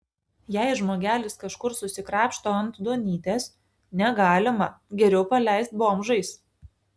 jei žmogelis kažkur susikrapšto ant duonytės negalima geriau paleist bomžais